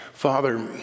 Father